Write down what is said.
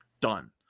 done